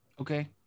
okay